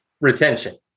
Retention